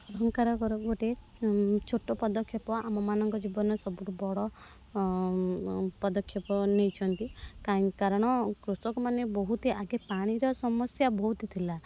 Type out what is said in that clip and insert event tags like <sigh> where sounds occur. ଅହଂକାର <unintelligible> ଗୋଟିଏ ଛୋଟ ପଦକ୍ଷେପ ଆମମାନଙ୍କ ଜୀବନରେ ସବୁଠୁ ବଡ଼ ପଦକ୍ଷେପ ନେଇଛନ୍ତି କାହିଁ କାରଣ କୃଷକ ମାନେ ବହୁତ ଆଗ ପାଣିର ସମସ୍ୟା ବହୁତ ଥିଲା